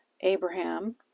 Abraham